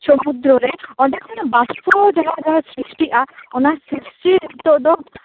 ᱥᱚᱢᱩᱫᱽᱫᱨᱚ ᱨᱮ ᱚᱸᱰᱮ ᱠᱷᱚᱱᱟᱜ ᱵᱟᱥᱯᱚ ᱡᱟᱦᱟᱸ ᱡᱟᱦᱟᱸ ᱥᱨᱤᱥᱴᱤᱜᱼᱟ ᱚᱱᱟ ᱥᱨᱤᱥᱴᱤ ᱱᱤᱛᱚᱜ ᱫᱚ